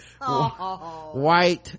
white